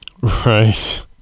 Right